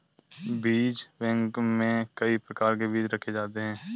बीज बैंक में कई प्रकार के बीज रखे जाते हैं